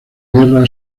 guerra